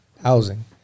housing